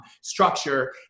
structure